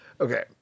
Okay